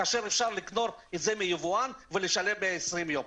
כאשר אפשר לקנות את זה מיבואן ולשלם 120 יום?